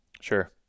Sure